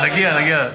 נגיע, נגיע.